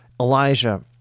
Elijah